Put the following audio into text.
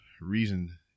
reason